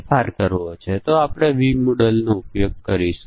ભલે તે ઘરેલું હોય કે નહીં આપણે નિ શુલ્ક ભોજન આપતા નથી